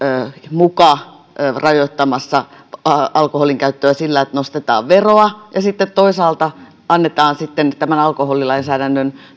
muka rajoittamassa alkoholinkäyttöä sillä että nostetaan veroa ja sitten toisaalta annetaan sitten tämän alkoholilainsäädännön